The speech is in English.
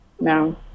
No